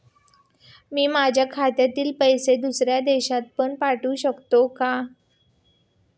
मी माझ्या खात्यातील पैसे दुसऱ्या देशात पण पाठवू शकतो का?